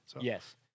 Yes